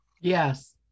Yes